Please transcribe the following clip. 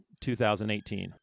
2018